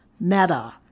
Meta